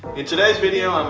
in today's video, i'm